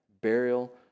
burial